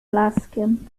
blaskiem